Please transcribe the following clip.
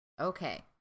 Okay